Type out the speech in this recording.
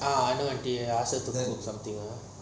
ah Anu aunty eh something eh